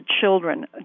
children